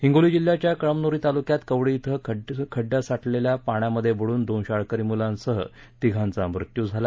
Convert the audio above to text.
हिंगोली जिल्ह्याच्या कळमनुरी तालुक्यात कवडी ॐ खड्ड्यात साठलेल्या पाण्यात बुडून दोन शाळकरी मुलांसह तिघांचा मृत्यू झाला